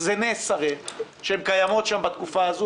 הרי זה נס שהן קיימות שם בתקופה הזו